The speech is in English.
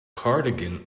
cardigan